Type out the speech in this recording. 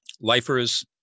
lifers